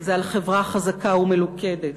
זה על חברה חזקה ומלוכדת,